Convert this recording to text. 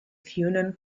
funan